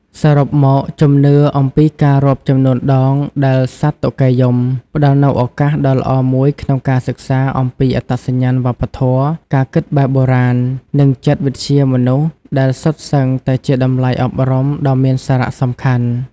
សរុបមក ជំនឿអំពីការរាប់ចំនួនដងដែលសត្វតុកែយំ ផ្តល់នូវឱកាសដ៏ល្អមួយក្នុងការសិក្សាអំពីអត្តសញ្ញាណវប្បធម៌ ការគិតបែបបុរាណ និងចិត្តវិទ្យាមនុស្ស ដែលសុទ្ធសឹងតែជាតម្លៃអប់រំដ៏មានសារៈសំខាន់។